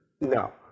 No